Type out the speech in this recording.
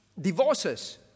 divorces